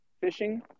fishing